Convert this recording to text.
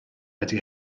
wedi